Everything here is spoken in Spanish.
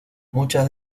muchas